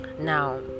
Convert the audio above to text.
now